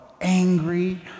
angry